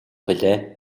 билээ